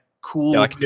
cool